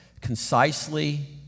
concisely